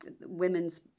women's